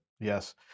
Yes